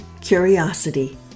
Curiosity